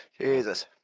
Jesus